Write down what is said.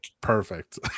perfect